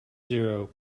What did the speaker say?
zero